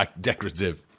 decorative